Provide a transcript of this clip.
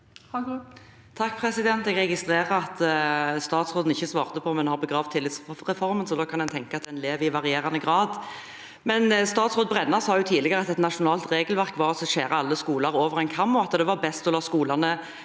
(H) Jeg registrerer at statsråden ikke svarte på om hun har begravd tillitsreformen, så da kan en tenke at den lever i varierende grad. Statsråd Brenna sa tidligere at et nasjonalt regelverk var å skjære alle skoler over én kam, og at det var best å la skolene